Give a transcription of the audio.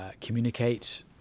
communicate